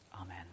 Amen